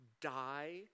die